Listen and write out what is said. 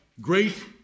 great